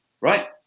right